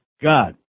God